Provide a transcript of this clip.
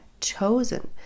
chosen